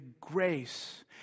grace